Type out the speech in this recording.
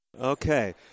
Okay